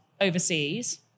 overseas